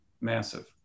massive